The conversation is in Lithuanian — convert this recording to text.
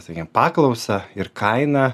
sakykim paklausą ir kainą